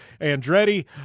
Andretti